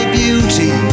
beauty